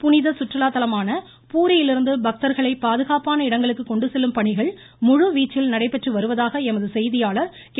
புனித சுற்றுலாத்தளமான பூரியிலிருந்து பக்தர்களை பாதுகாப்பான இடங்களுக்கு கொண்டு செல்லும் பணிகள் முழு வீச்சில் நடைபெற்று வருவதாக எமது செய்தியாளர் கே